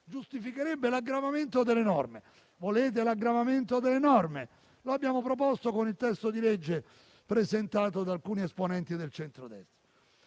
giustificherebbe l'aggravamento delle norme. Volete l'aggravamento delle norme? Lo abbiamo proposto con il testo di legge presentato da alcuni esponenti del centrodestra.